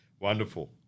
Wonderful